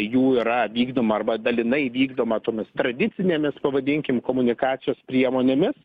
jų yra vykdoma arba dalinai vykdoma tomis tradicinėmis pavadinkim komunikacijos priemonėmis